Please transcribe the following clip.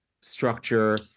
structure